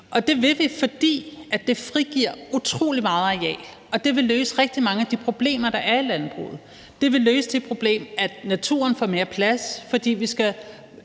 Og det vil vi, fordi det frigiver utrolig meget areal, og det vil løse rigtig mange af de problemer, der er i landbruget. Det vil gøre, at naturen får mere plads, fordi vi skal